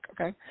okay